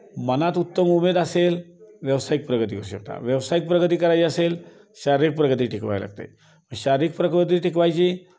मनात उत्तम उमेद असेल व्यावसायिक प्रगती शकता व्यावसायिक प्रगती करायची असेल शारीरिक प्रगती टिकवायला लागते शारीरिक प्रगती टिकवायची